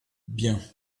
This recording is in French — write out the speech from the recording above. bien